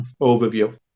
overview